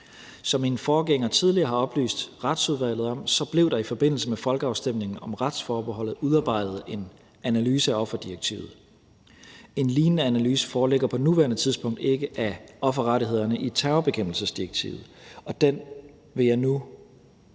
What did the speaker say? Som min forgænger tidligere har oplyst Retsudvalget om, blev der i forbindelse med folkeafstemningen om retsforbeholdet udarbejdet en analyse af offerdirektivet. En lignende analyse foreligger på nuværende tidspunkt ikke af offerrettighederne i terrorbekæmpelsesdirektivet, og den vil jeg nu bede